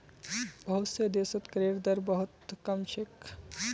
बहुत स देशत करेर दर बहु त कम छेक